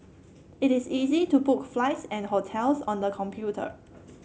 it is easy to book flights and hotels on the computer